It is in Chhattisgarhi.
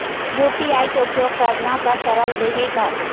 यू.पी.आई के उपयोग करना का सरल देहें का?